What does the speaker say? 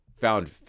found